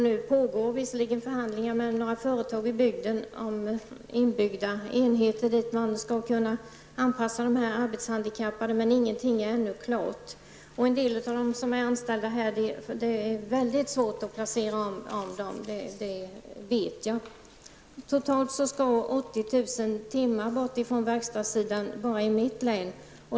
Nu pågår visserligen förhandlingar med några företag i bygden om inbyggda enheter för att anpassa de arbetshandikappade, men ingenting är ännu klart. Det blir väldigt svårt att placera om en del av de anställda -- det vet jag. Totalt skall 80 000 timmar bort från verkstadssidan bara i mitt län.